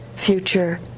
future